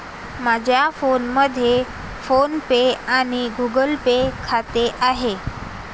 माझ्या फोनमध्ये PhonePe आणि गुगल पे खाते आहे